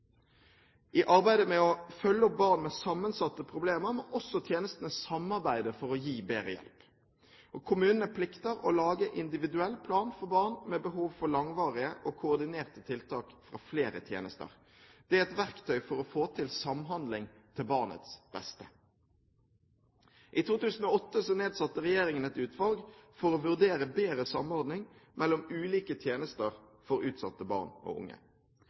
I arbeidet med å følge opp barn med sammensatte problemer må også tjenestene samarbeide for å gi bedre hjelp. Kommunene plikter å lage individuell plan for barn med behov for langvarige og koordinerte tiltak fra flere tjenester. Det er et verktøy for å få til samhandling til barnets beste. I 2008 nedsatte regjeringen et utvalg for å vurdere bedre samordning mellom ulike tjenester for utsatte barn og unge.